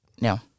No